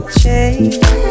change